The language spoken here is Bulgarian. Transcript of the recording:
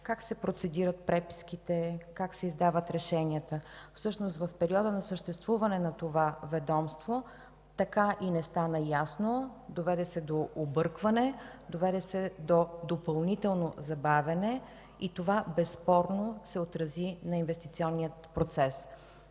как се процедират преписките, как се издават решенията. Всъщност в периода на съществуване на това ведомство така и не стана ясно това. Достигна се до объркване, достигна се до допълнително забавяне и това безспорно се отрази на инвестиционния процес.